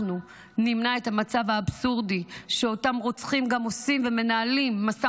אנחנו נמנע את המצב האבסורדי שאותם רוצחים גם עושים ומנהלים משא